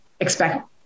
expect